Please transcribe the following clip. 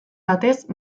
batez